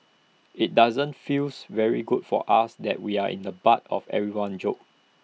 IT doesn't feels very good for us that we're in the butt of everyone's jokes